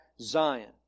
Zion